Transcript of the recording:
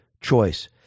choice